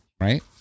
right